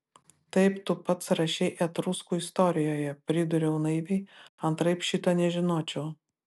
taip tu pats rašei etruskų istorijoje pridūriau naiviai antraip šito nežinočiau